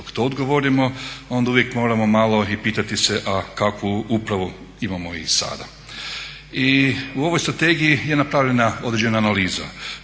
dok to odgovorimo onda uvijek moramo malo i pitati se a kakvu upravu imamo i sada. I u ovoj strategiji je napravljena određena analiza